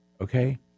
okay